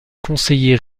conseiller